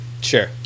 Sure